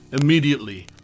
Immediately